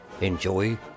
Enjoy